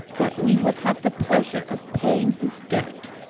that we would have the pleasure of paying his debt.